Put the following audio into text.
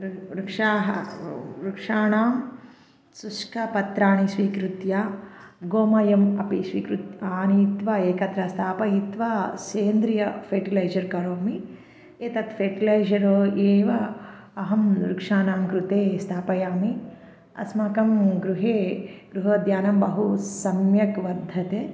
वृ वृक्षाः व् वृक्षाणां शुष्कपत्राणि स्वीकृत्य गोमयम् अपि स्वीकृत्य आनीत्वा एकत्र स्थापयित्वा सेन्द्रिय फे़र्टिलैजर् करोमि एतत् फे़ट्लैजर् एव अहं वृक्षाणां कृते स्थापयामि अस्माकं गृहे गृहोद्यानं बहु सम्यक् वर्धते